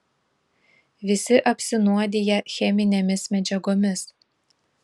visi apsinuodiję cheminėmis medžiagomis